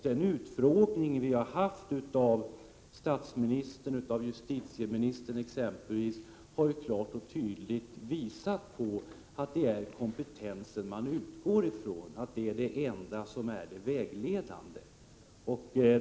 Den utfrågning vi har haft av exempelvis statsministern och justitieministern har klart och tydligt visat på att det är kompetensen man utgår från och att det är det enda vägledande.